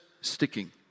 sticking